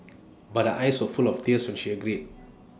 but eyes were full of tears when she agreed